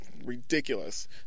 Ridiculous